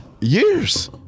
years